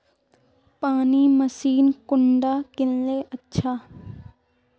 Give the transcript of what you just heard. पानी मशीन कुंडा किनले अच्छा?